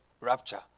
rapture